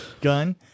Gun